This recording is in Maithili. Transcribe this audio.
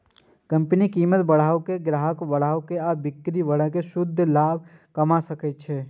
कंपनी कीमत बढ़ा के, ग्राहक बढ़ा के आ बिक्री बढ़ा कें शुद्ध लाभ कमा सकै छै